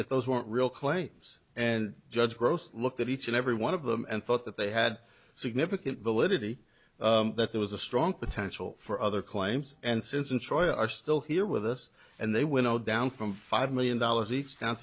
that those weren't real claims and judge gross looked at each and every one of them and thought that they had significant validity that there was a strong potential for other claims and since intro are still here with us and they will go down from five million dollars each down